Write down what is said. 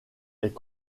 est